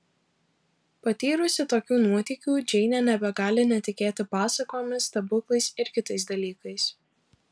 patyrusi tokių nuotykių džeinė nebegali netikėti pasakomis stebuklais ir kitais dalykais